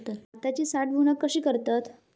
भाताची साठवूनक कशी करतत?